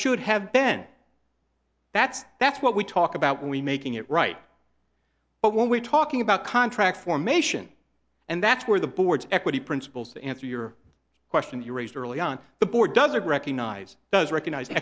should have ben that's that's what we talk about when we making it right but when we're talking about contract formation and that's where the board's equity principles to answer your question you raised earlier on the board doesn't recognize does recognize